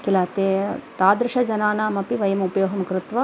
किल ते तादृशजनानामपि वयम् उपयोगं कृत्वा